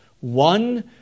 One